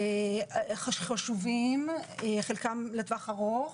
שהם חשובים, חלקם לטווח ארוך,